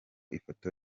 ifoto